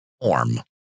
form